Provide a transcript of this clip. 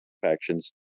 factions